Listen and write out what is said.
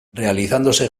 realizándose